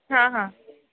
हां हां